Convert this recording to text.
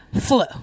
flu